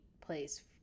place